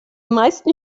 meisten